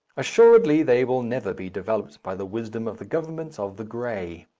assuredly they will never be developed by the wisdom of the governments of the grey.